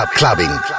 Clubbing